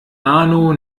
arno